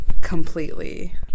completely